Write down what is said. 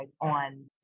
on